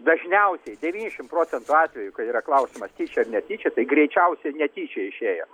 dažniausiai devyniasdešimt procentų atvejų kai yra klausimas tyčia ar netyčia tai greičiausiai netyčia išėjo